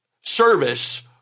service